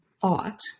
thought